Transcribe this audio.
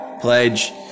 pledge